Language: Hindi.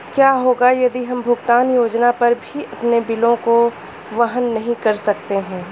क्या होगा यदि हम भुगतान योजना पर भी अपने बिलों को वहन नहीं कर सकते हैं?